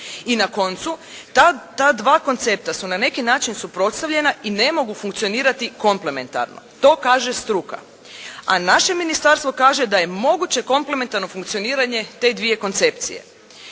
I na koncu, ta dva koncepta su na neki način suprotstavljena i ne mogu funkcionirati komplementarno. To kaže struka. A naše ministarstvo kaže da je moguće komplementarno funkcioniranje te dvije koncepcije.